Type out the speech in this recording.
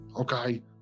okay